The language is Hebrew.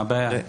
מה הבעיה בזה?